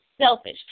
selfish